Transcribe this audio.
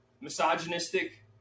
misogynistic